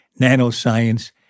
nanoscience